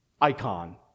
icon